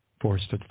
forced